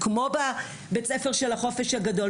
כמו בבית-הספר של החופש הגדול,